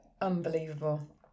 Unbelievable